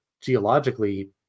geologically